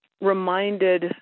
reminded